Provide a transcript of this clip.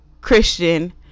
Christian